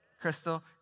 Crystal